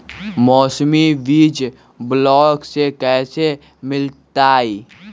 मौसमी बीज ब्लॉक से कैसे मिलताई?